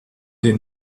den